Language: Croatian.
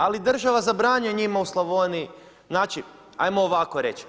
Ali država zabranjuje njima u Slavoniji, znači hajmo ovako reći.